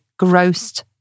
grossed